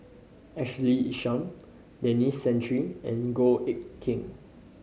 Ashley Isham Denis Santry and Goh Eck Kheng